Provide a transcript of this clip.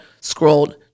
scrolled